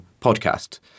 Podcast